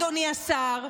אדוני השר,